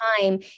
time